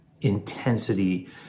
intensity